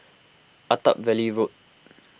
Attap Valley Road